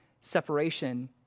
separation